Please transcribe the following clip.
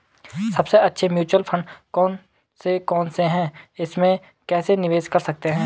सबसे अच्छे mutual fund कौन कौनसे हैं इसमें कैसे निवेश कर सकते हैं?